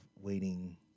waiting